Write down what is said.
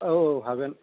औ औ हागोन